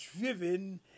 driven